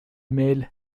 mail